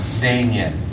Daniel